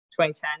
2010